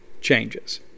changes